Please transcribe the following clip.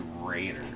Raiders